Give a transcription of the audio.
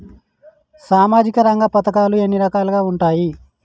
సామాజిక రంగ పథకాలు ఎన్ని రకాలుగా ఉంటాయి?